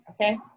Okay